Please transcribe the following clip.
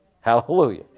Hallelujah